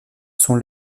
sont